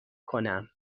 کنم